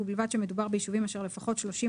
'ובלבד שהחוק יחול רק על רשויות